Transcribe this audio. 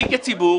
אני כציבור,